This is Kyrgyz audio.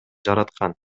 жараткан